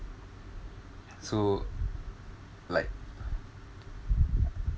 so like